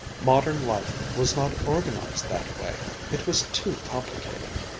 modern life was not organized that way. it was too complicated.